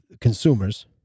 consumers